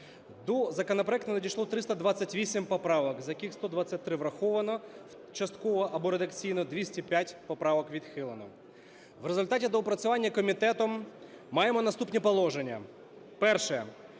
До законопроекту надійшло 328 поправок, з яких 123 враховано частково або редакційно, 205 поправок відхилено. В результаті доопрацювання комітетом маємо наступні положення. Перше.